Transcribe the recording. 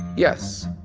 yes.